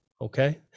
Okay